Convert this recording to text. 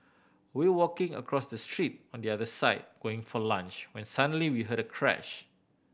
we were walking across the street on the other side going for lunch when suddenly we heard a crash